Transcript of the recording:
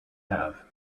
have